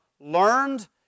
learned